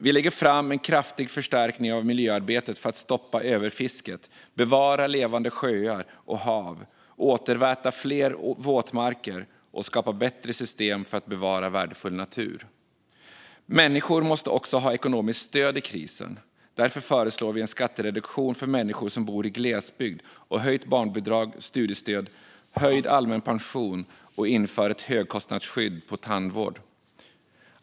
Vi lägger fram en kraftig förstärkning av miljöarbetet för att stoppa överfisket, bevara levande sjöar och hav, återväta fler våtmarker och skapa bättre system för att bevara värdefull natur. Människor måste också ha ekonomiskt stöd i krisen. Därför föreslår vi en skattereduktion för människor som bor i glesbygd, höjt barnbidrag och studiestöd samt höjd allmän pension. Vi inför även ett högkostnadsskydd på tandvård.